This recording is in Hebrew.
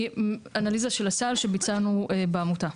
אנליזה של הסל שביצענו בעמותה.